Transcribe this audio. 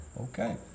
Okay